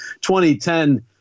2010